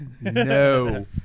No